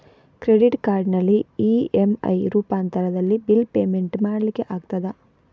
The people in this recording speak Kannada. ಕ್ರೆಡಿಟ್ ಕಾರ್ಡಿನಲ್ಲಿ ಇ.ಎಂ.ಐ ರೂಪಾಂತರದಲ್ಲಿ ಬಿಲ್ ಪೇಮೆಂಟ್ ಮಾಡ್ಲಿಕ್ಕೆ ಆಗ್ತದ?